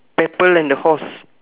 people and the horse